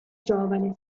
giovane